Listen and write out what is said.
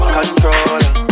controller